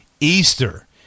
Easter